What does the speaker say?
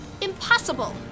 Impossible